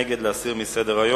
נגד, להסיר מסדר-היום.